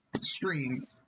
stream